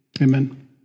Amen